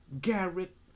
Garrett